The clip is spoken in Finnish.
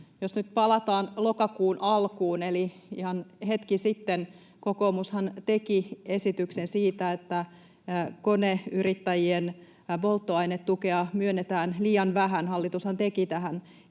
Jos nyt palataan lokakuun alkuun, joka oli siis ihan hetki sitten, kokoomushan teki esityksen siitä, että koneyrittäjien polttoainetukea myönnetään liian vähän. Hallitushan teki tähän esityksen,